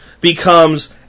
becomes